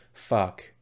fuck